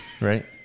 right